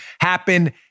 happen